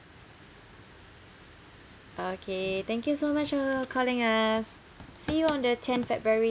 okay thank you so much for calling us see you on the ten february